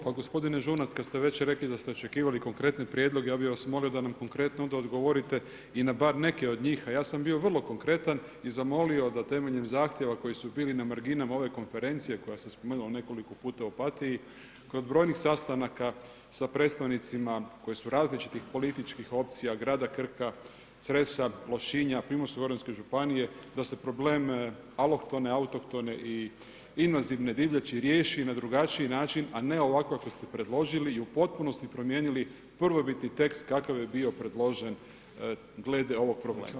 Pa gospodine … kad ste već rekli da ste očekivali konkretne prijedloge, ja bih vas molio da nam konkretno onda odgovorite i na bar neke od njih, a ja sam bio vrlo konkretan i zamolio da temeljem zahtjeva koji su bili na marginama ove konferencije koja se spomenula nekoliko puta u Opatiji, kod brojnih sastanaka sa predstavnicima koji su različitih političkih opcija, grada Krka, Cresa, Lošinja, Primorsko-goranske županije, da se problem alohtone, autohtone i invazivne divljači riješi na drugačiji način, a ne ovako kako ste predložili i u potpunosti promijenili prvobitni tekst kakav je bio predložen glede ovog problema.